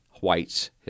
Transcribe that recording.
whites